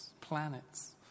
planets